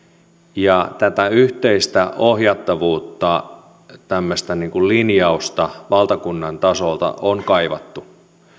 ja tätä yhteistä ohjattavuutta tämmöistä linjausta valtakunnan tasolta on kaivattu